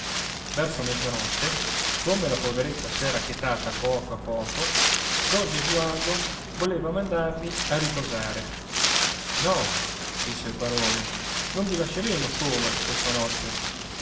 verso mezzanotte come la poveretta s'era chetata a poco a poco don gesualdo voleva mandarli a riposare no disse il barone non vi lasceremo solo questa notte